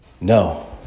no